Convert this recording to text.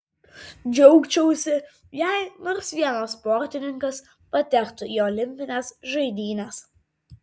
džiaugčiausi jei nors vienas sportininkas patektų į olimpines žaidynes